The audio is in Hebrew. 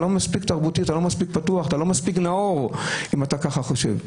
פתוח ונאור אם אתה חושב ככה.